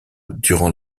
durant